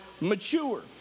mature